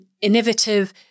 innovative